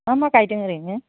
मा मा गायदों ओरैनो